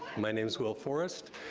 my name is will forest.